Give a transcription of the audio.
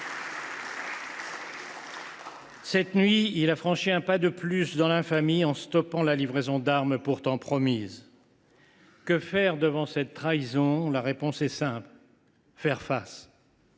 Cette nuit, il a franchi un pas supplémentaire dans l’infamie en stoppant la livraison d’armes pourtant promise. Que faire devant une telle trahison ? La réponse est simple : faire face